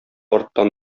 арттан